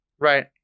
Right